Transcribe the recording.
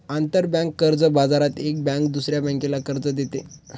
आंतरबँक कर्ज बाजारात एक बँक दुसऱ्या बँकेला कर्ज देते